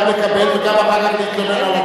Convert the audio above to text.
גם לקבל וגם אחר כך להתלונן,